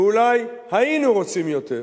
ואולי היינו רוצים יותר,